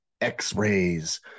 x-rays